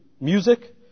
music